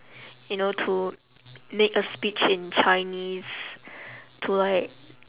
you know to make a speech in chinese to like